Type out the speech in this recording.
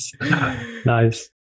nice